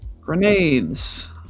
Grenades